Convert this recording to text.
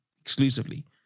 exclusively